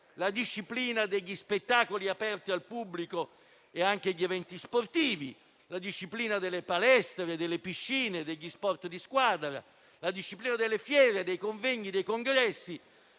la disciplina degli spettacoli aperti al pubblico e anche degli eventi sportivi; la disciplina delle palestre, delle piscine e degli sport di squadra; la disciplina delle fiere, dei convegni, dei congressi